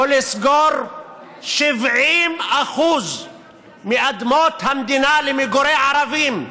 או לסגור 70% מאדמות המדינה למגורי ערבים?